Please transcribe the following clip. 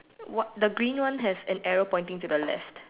the green one has an arrow pointing to the left